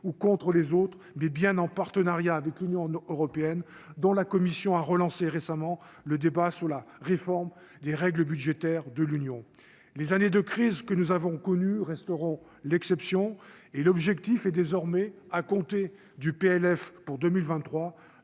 ou contre les autres, mais bien en partenariat avec l'Union européenne, dont la commission a relancé récemment le débat sur la réforme des règles budgétaires de l'Union, les années de crise que nous avons connu resteront l'exception et l'objectif est désormais, à compter du PLF pour 2023